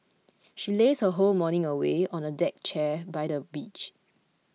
she lazed her whole morning away on a deck chair by the beach